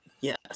yes